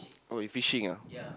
oh you fishing ah